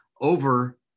Over